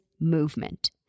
movement